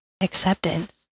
acceptance